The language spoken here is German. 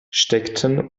steckten